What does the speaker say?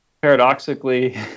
paradoxically